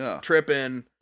tripping